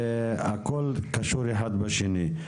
זה הכל קשור אחד בשני.